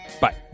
Bye